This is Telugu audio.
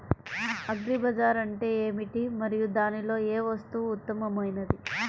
అగ్రి బజార్ అంటే ఏమిటి మరియు దానిలో ఏ వస్తువు ఉత్తమమైనది?